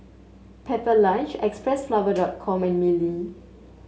Pepper Lunch Xpressflower dot com and Mili